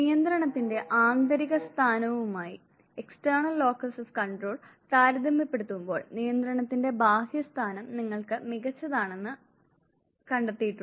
നിയന്ത്രണത്തിന്റെ ആന്തരിക സ്ഥാനവുമായി താരതമ്യപ്പെടുത്തുമ്പോൾ നിയന്ത്രണത്തിന്റെ ബാഹ്യ സ്ഥാനം നിങ്ങൾക്ക് മികച്ചതാണെന്ന് ആളുകൾ കണ്ടെത്തിയിട്ടുണ്ട്